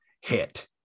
hit